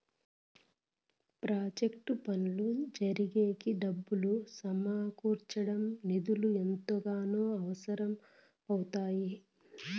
project పనులు జరిగేకి డబ్బులు సమకూర్చడం నిధులు ఎంతగానో అవసరం అవుతాయి